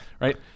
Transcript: right